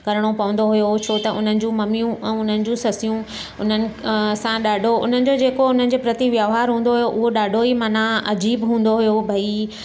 करिणो पवंदो हुओ छो त उन्हनि जो ममियूं ऐं उन्हनि जूं ससियूं उन्हनि सां ॾाढो उन्हनि जो जेको उन्हनि जे प्रति वहिंवार हूंदो हुओ उहो ॾाढो ई माना अजीबु हूंदो हुओ भई